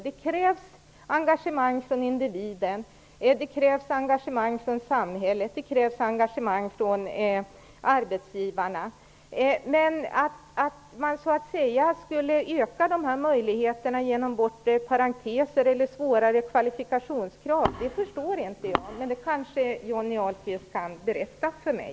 Det krävs engagemang från individen, samhället och arbetsgivarna. Men att man så att säga skulle öka möjligheterna genom bortre parenteser eller större kvalifikationskrav förstår inte jag. Det kanske Johnny Ahlqvist kan berätta för mig.